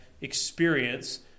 experience